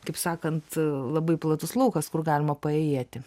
kaip sakant labai platus laukas kur galima paėjėti